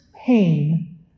pain